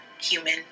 human